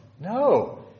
No